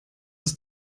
das